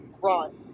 run